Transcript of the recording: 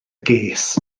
ges